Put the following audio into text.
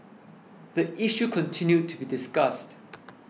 the issue continued to be discussed